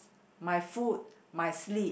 my food my sleep